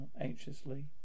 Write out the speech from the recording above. anxiously